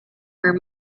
were